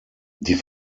die